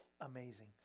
amazing